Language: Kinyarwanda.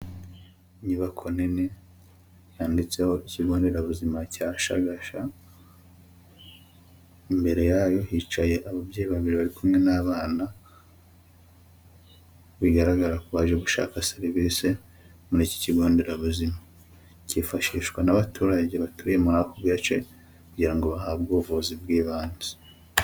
Inyubako nini yanditseho ikigo nderabuzima cya Shagasha, imbere yayo hicaye ababyeyi babiri bari kumwe n'abana, bigaragara ko baje gushaka serivisi muri iki kigo nderabuzima, cyifashishwa n'abaturage baturiye muri ako gace kugira ngo bahabwe ubuvuzi bw'ibanze.